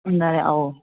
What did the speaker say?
ꯑꯧ